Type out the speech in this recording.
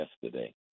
yesterday